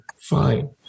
Fine